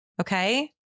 Okay